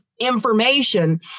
information